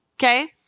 Okay